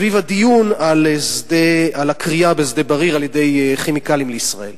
סביב הדיון על הכרייה בשדה-בריר על-ידי "כימיקלים לישראל".